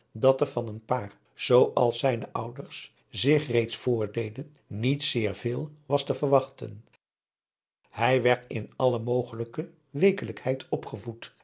dat er van een paar zoo als zijne ouders zich reeds voordeden niet zeer veel was te verwachten hij werd in alle mogelijke weekelijkheid opgevoed